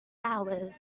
hours